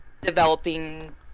developing